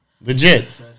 legit